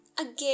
Again